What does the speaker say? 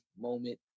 moment